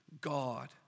God